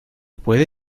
puede